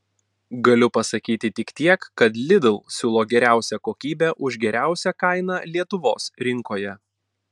galiu pasakyti tik tiek kad lidl siūlo geriausią kokybę už geriausią kainą lietuvos rinkoje